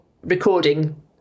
recording